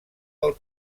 del